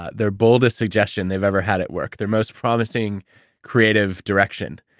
ah their boldest suggestion they've ever had at work, their most promising creative direction.